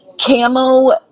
camo